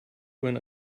when